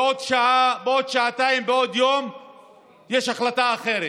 בעוד שעה, בעוד שעתיים, בעוד יום יש החלטה אחרת.